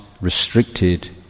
restricted